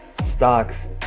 stocks